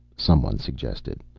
some one suggested,